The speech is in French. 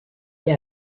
est